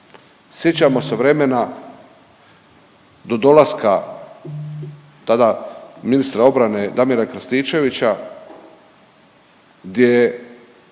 sjećamo se vremena do dolaska tada ministra obrane Damira Krstičevića gdje je